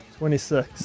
26